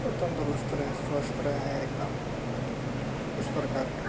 वो तंदुरुस्त रहे स्वस्थ रहे एक दम इस प्रकार